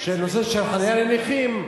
של חנייה לנכים,